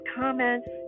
comments